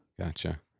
Gotcha